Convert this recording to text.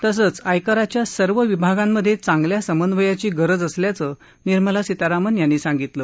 तसंच आयकराच्या सर्व विभागांमधे चांगल्या समन्वयाची गरज असल्याचं निर्मला सीतारामन यांनी सांगितलं